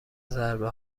ضربه